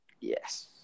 Yes